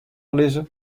lizze